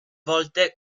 volte